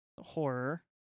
Horror